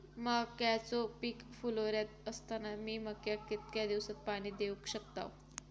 मक्याचो पीक फुलोऱ्यात असताना मी मक्याक कितक्या दिवसात पाणी देऊक शकताव?